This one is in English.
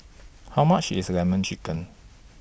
How much IS Lemon Chicken